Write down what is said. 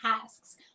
tasks